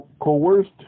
coerced